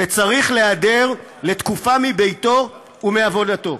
וצריך להיעדר לתקופה מביתו ומעבודתו.